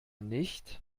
nicht